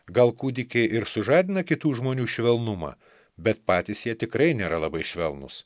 gal kūdikiai ir sužadina kitų žmonių švelnumą bet patys jie tikrai nėra labai švelnūs